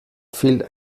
fehlt